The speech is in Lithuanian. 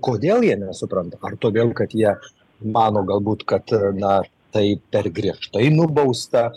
kodėl jie nesupranta ar todėl kad jie mano galbūt kad na tai per griežtai nubausta